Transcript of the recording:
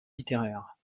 littéraire